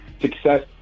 success